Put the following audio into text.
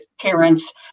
parents